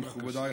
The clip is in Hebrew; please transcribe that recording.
מכובדיי,